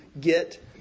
get